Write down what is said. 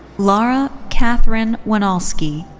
laura catherine winalski.